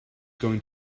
going